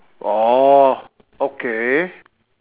orh okay